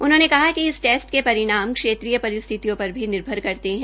उन्होंने कहा कि इस टेस्ट के परिणाम क्षेत्रीय परिस्थितियों पर भी निर्भर करते है